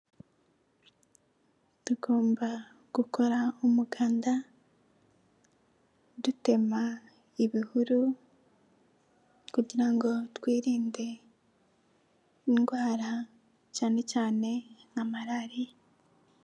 Tugomba gukora umuganda dutema ibihuru kugira ngo twirinde indwara cyanecyane nka marariya.